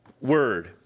word